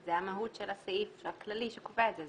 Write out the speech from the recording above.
זה המהות של הסעיף הכללי שקובע את זה.